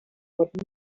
would